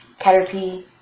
Caterpie